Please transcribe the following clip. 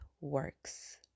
works